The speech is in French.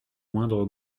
moindre